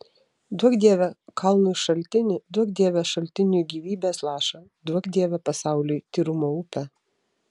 duok dieve kalnui šaltinį duok dieve šaltiniui gyvybės lašą duok dieve pasauliui tyrumo upę